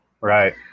Right